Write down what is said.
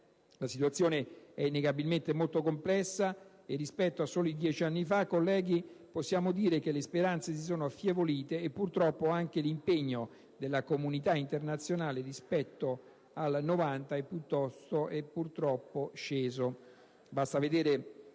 La situazione è innegabilmente molto complessa e, rispetto a solo 10 anni fa, colleghi, possiamo dire che le speranze si sono affievolite, e purtroppo anche l'impegno della comunità internazionale rispetto al 1990 è sceso: